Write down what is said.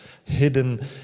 Hidden